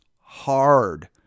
hard